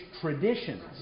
traditions